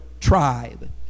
tribe